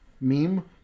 meme